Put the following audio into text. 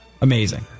Amazing